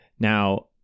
Now